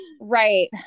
Right